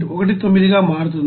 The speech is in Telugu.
19 గా మారుతుంది